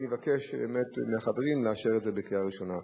אני אבקש באמת מהחברים לאשר את זה בקריאה ראשונה.